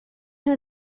nhw